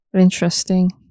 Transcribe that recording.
interesting